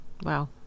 wow